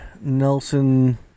Nelson